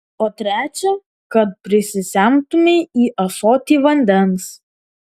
o trečią kad prisisemtumei į ąsotį vandens